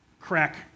crack